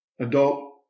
adult